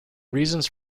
reasons